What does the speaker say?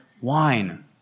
wine